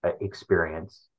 experience